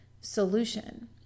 solution